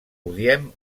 odiem